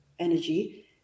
energy